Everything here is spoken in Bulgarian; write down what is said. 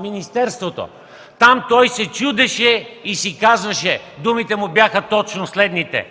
министерството. Там той се чудеше и думите му бяха точно следните: